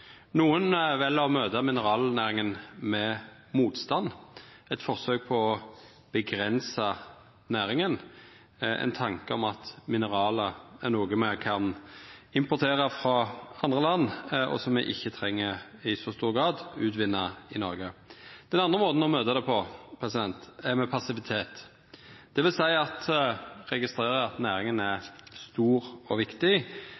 vel å møta mineralnæringa med motstand, eit forsøk på å avgrensa næringa, ein tanke om at mineral er noko me kan importera frå andre land, og som me ikkje treng i så stor grad å utvinna i Noreg. Den andre måten å møta næringa på, er med passivitet. Det vil seia at ein registrerer at næringa er stor og viktig,